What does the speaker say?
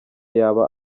yaba